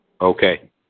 Okay